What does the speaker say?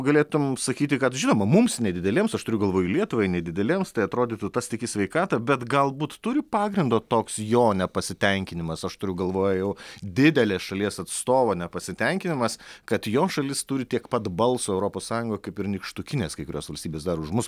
galėtum sakyti kad žinoma mums nedideliems aš turiu galvoj lietuvai nedideliems tai atrodytų tas tik į sveikatą bet galbūt turi pagrindo toks jo nepasitenkinimas aš turiu galvoj jau didelės šalies atstovo nepasitenkinimas kad jo šalis turi tiek pat balso europos sąjungoje kaip ir nykštukinės kai kurios valstybės dar už mus